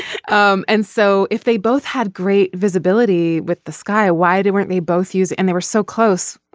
um and so if they both had great visibility with the sky why they weren't they both use and they were so close.